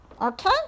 okay